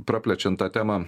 praplečiant tą temą